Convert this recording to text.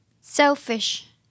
Selfish